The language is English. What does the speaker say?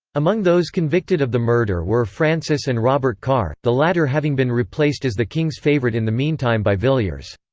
among those convicted of the murder were frances and robert carr, the latter having been replaced as the king's favourite in the meantime by villiers.